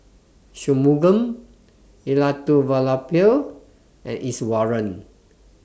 Shunmugam Elattuvalapil and Iswaran